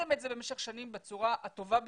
עשיתם את זה במשך שנים בצורה הטובה ביותר.